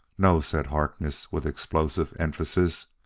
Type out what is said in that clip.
no! said harkness with explosive emphasis.